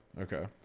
Okay